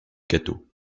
gâteau